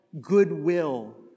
goodwill